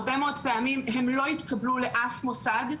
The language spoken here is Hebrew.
הרבה פעמים הם לא התקבלו לאף מוסד,